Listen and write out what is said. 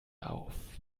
auf